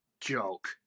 joke